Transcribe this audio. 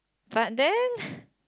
but then